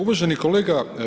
Uvaženi kolega.